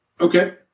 Okay